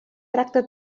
tracta